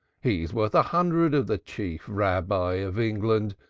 he is worth a hundred of the chief rabbi of england,